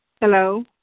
Hello